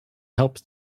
helps